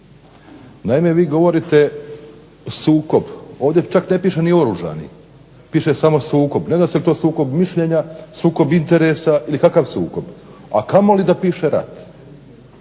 Naime vi govorite sukob, ovdje čak ne piše ni oružani, piše samo sukob, ne zna se je li to sukob mišljenja, sukob interesa, ili kakav sukob, a kamoli da piše rat.